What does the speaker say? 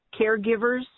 caregivers